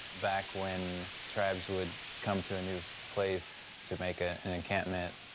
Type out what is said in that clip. back when tribes would come to a new place to make ah an encampment,